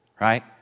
right